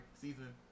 Season